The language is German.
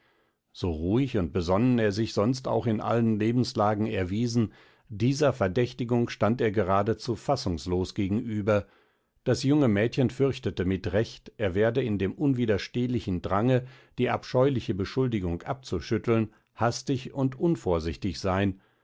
so ruhig und besonnen er sich sonst auch in allen lebenslagen erwiesen dieser verdächtigung stand er geradezu fassungslos gegenüber das junge mädchen fürchtete mit recht er werde in dem unwiderstehlichen drange die abscheuliche beschuldigung abzuschütteln hastig und unvorsichtig sein